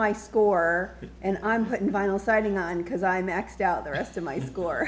my score and i'm putting vinyl siding on because i maxed out the rest of my gore